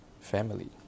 family